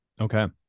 okay